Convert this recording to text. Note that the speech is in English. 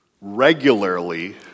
regularly